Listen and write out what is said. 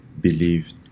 believed